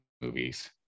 movies